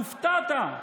הופתעת.